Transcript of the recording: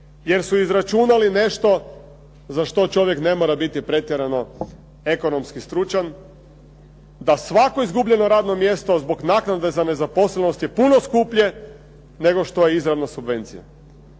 jer su izračunali nešto za što čovjek ne mora biti pretjerano ekonomski stručan, da svako izgubljeno radno mjesto zbog naknade za nezaposlenost je puno skuplje, nego što je izravna subvencija.